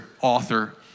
author